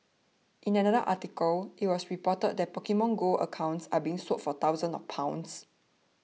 in another article it was reported that Pokemon Go accounts are being sold for thousands of pounds